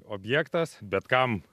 objektas bet kam